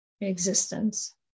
existence